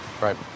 Right